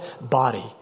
body